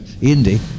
Indy